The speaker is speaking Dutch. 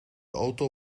auto